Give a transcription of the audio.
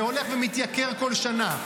זה הולך ומתייקר כל שנה.